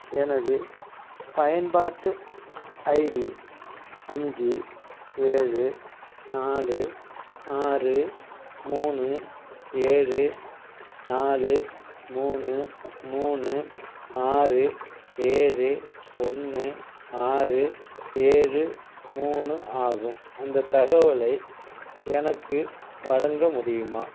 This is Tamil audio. எனது பயன்பாட்டு ஐடி அஞ்சு ஏழு நாலு ஆறு மூணு ஏழு நாலு மூணு மூணு ஆறு ஏழு ஒன்று ஆறு ஏழு மூணு ஆகும் அந்த தகவலை எனக்கு வழங்க முடியுமா